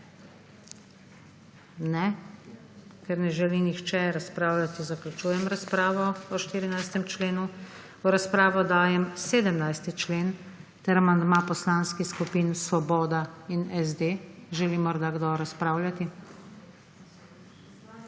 (Ne.) Ker ne želi nihče razpravljati, zaključujem razpravo o 14. členu. V razpravo dajem 17. člen in amandma poslanskih skupin Svoboda in SD. Želi morda kdo razpravljati?